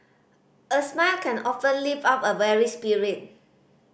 a smile can often lift up a weary spirit